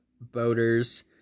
boaters